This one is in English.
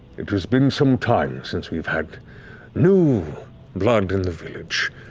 it has been some time since we've had new blood in the village.